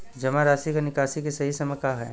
जमा राशि क निकासी के सही समय का ह?